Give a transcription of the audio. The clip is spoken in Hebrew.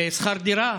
שכר דירה,